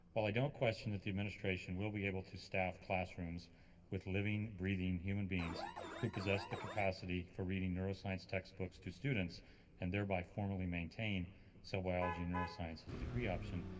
while i don't question that the administration will be able to staff classrooms with living, breathing human beings who possess the capacity for reading neuroscience textbook to students and thereby formally maintain cell biology neuroscience as a degree option,